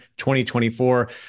2024